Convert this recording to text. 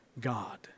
God